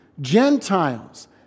Gentiles